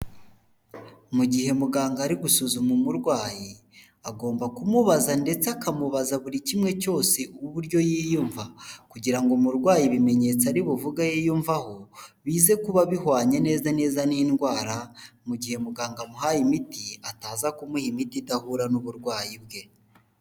Mu gihe muganga ari gusuzuma umurwayi, agomba kumubaza ndetse akamubaza buri kimwe cyose uburyo yiyumva, kugira ngo umurwayi ibimenyetso ari buvuge yiyummvaho bize kuba bihwanye neza neza n'indwara, mu gihe muganga amuhaye imiti ataza kumuha imiti idahura n'uburwayi bwe.